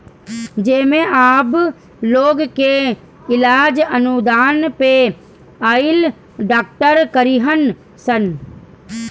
जेमे अब लोग के इलाज अनुदान पे आइल डॉक्टर करीहन सन